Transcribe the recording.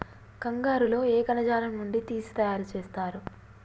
కంగారు లో ఏ కణజాలం నుండి తీసి తయారు చేస్తారు?